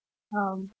um